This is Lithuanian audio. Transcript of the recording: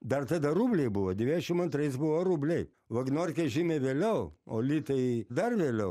dar tada rubliai buvo devyniašim antrais buvo rubliai vagnorkės žymiai vėliau o litai dar vėliau